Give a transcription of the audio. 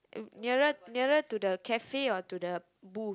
nearer nearer to the cafe or to the booth